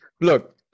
look